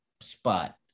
spot